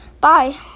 Bye